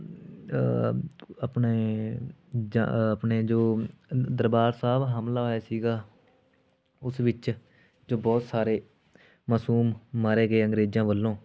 ਆਪਣੇ ਜ ਆਪਣੇ ਜੋ ਦਰਬਾਰ ਸਾਹਿਬ ਹਮਲਾ ਹੋਇਆ ਸੀਗਾ ਉਸ ਵਿੱਚ ਜੋ ਬਹੁਤ ਸਾਰੇ ਮਾਸੂਮ ਮਾਰੇ ਗਏ ਅੰਗਰੇਜ਼ਾਂ ਵੱਲੋਂ